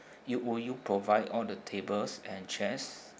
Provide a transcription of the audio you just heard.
you will you provide all the tables and chairs